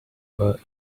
her